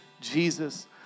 Jesus